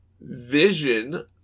Vision